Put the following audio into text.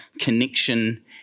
connection